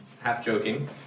half-joking